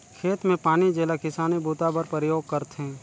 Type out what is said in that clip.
खेत के पानी जेला किसानी बूता बर परयोग करथे